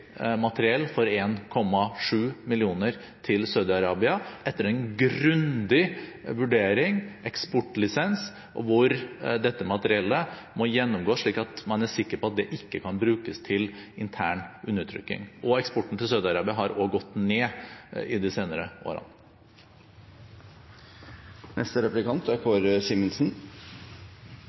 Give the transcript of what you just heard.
materiell for 1,7 mill. kr til Saudi-Arabia, etter en grundig vurdering – eksportlisens – hvor dette materiellet må gjennomgås, slik at man er sikker på det ikke kan brukes til intern undertrykking. Eksporten til Saudi-Arabia har også gått ned i de senere årene.